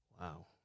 Wow